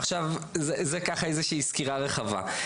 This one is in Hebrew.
עכשיו, זו ככה איזו שהיא סקירה רחבה.